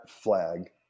Flag